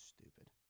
Stupid